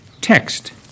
text